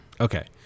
Okay